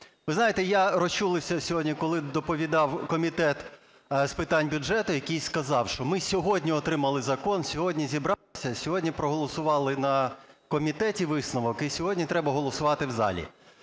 Ви знаєте, я розчулився сьогодні, коли доповідав Комітет з питань бюджету, який сказав що ми сьогодні отримали закон, сьогодні зібралися і сьогодні проголосували на комітеті висновок, і сьогодні треба голосувати в залі.